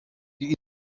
die